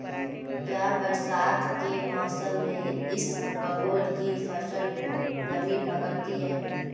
क्या बरसात के मौसम में इसबगोल की फसल नमी पकड़ती है?